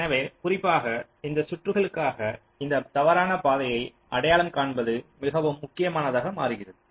எனவே குறிப்பாக அந்த சுற்றுகளுக்காக இந்த தவறான பாதையை அடையாளம் காண்பது மிகவும் முக்கியமானதாக மாறுகிறது